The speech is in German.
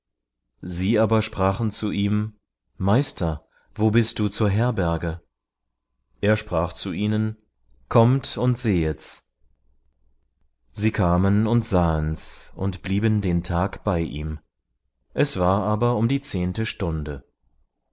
sie aber sprachen zu ihm meister wo bist du zur herberge er sprach zu ihnen kommt und sehet's sie kamen und sahen's und blieben den tag bei ihm es war aber um die zehnte stunde